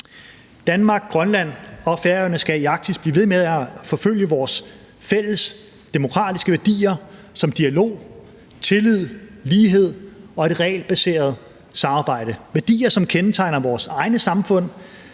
Danmark, Grønland og Færøerne skal i Arktis blive ved med at forfølge vores fælles demokratiske værdier som dialog, tillid, lighed og et regelbaseret samarbejde; værdier, som kendetegner vores egne samfund.